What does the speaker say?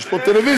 יש פה טלוויזיה.